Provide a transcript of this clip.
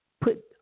put